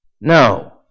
No